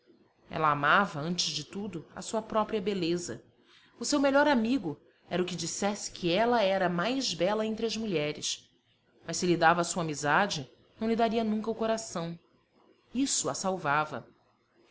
ela amava antes de tudo a sua própria beleza o seu melhor amigo era o que dissesse que ela era mais bela entre as mulheres mas se lhe dava a sua amizade não lhe daria nunca o coração isso a salvava